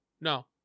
no